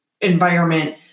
environment